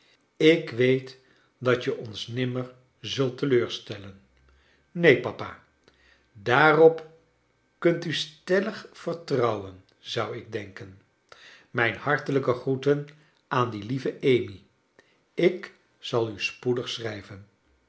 ik weet dat je ons nimmer zult teleurstellen neen papa daarop kunt u stellig vertrouwen zou ik denken mijn hartelijke groeten aan die lieve amy ik zal u spoedig schrijven